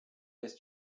ouest